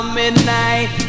midnight